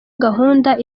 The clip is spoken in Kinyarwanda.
gahunda